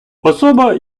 особа